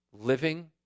living